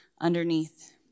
underneath